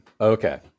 Okay